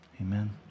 Amen